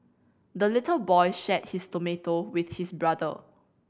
the little boy shared his tomato with his brother